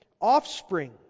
offspring